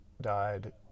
died